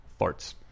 farts